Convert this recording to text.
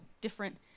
different